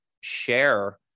share